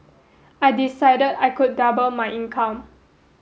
I decide I could double my income